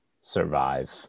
survive